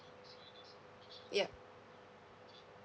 ya